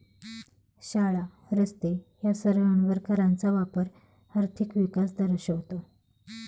शाळा, रस्ते या सर्वांवर कराचा वापर आर्थिक विकास दर्शवतो